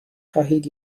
خواهید